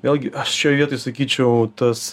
vėlgi aš šioj vietoj sakyčiau tas